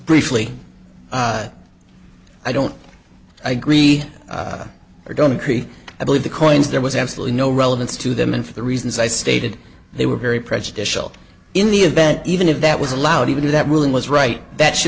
briefly i don't agree or don't agree i believe the coins there was absolutely no relevance to them and for the reasons i stated they were very prejudicial in the event even if that was allowed even that ruling was right that should